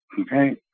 okay